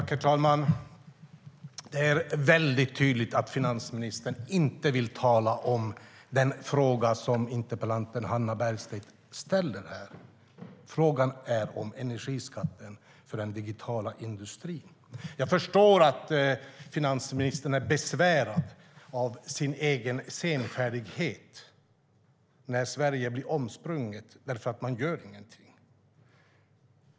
Herr talman! Det är tydligt att finansministern inte vill tala om den fråga som interpellanten Hannah Bergstedt ställer, nämligen frågan om energiskatter för den digitala industrin. Jag förstår att finansministern är besvärad av sin egen senfärdighet när Sverige blir omsprunget för att man inget gör.